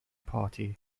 party